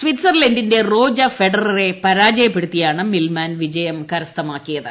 സ്വിറ്റ്സർലാന്റിന്റെ Roger ഫെഡറെ പരാജയപ്പെടുത്തിയാണ് Millman വിജയം കരസ്ഥമാക്കിയത്